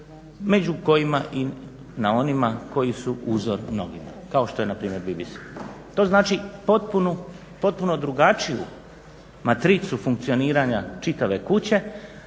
među kojima i na onima koji su uzor mnogima kao što je na primjer BBC. To znači potpuno drugačiju matricu funkcioniranja čitave kuće,